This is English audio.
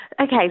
Okay